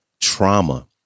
trauma